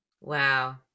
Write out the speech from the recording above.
Wow